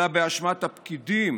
אלא באשמת הפקידים,